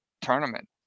tournament